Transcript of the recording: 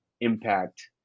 impact